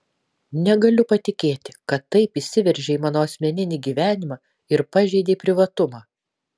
negaliu patikėti kad taip įsiveržei į mano asmeninį gyvenimą ir pažeidei privatumą